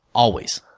always.